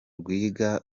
rwiga